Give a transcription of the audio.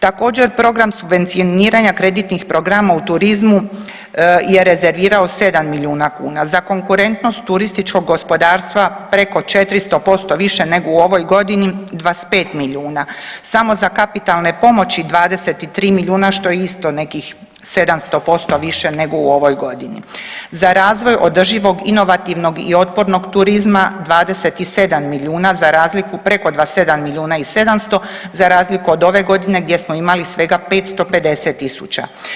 Također program subvencioniranja kreditnih programa u turizmu je rezervirao 7 milijuna kuna, za konkurentnost turističkog gospodarstva preko 400% više nego u ovoj godini 25 milijuna, samo za kapitalne pomoći 23 milijuna što je isto nekih 700% više nego u ovoj godini, za razvoj održivog inovativnog i otpornog turizma 27 milijuna, za razliku preko 27 milijuna i 700 za razliku od ove godine gdje smo imali svega 550 tisuća.